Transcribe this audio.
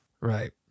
right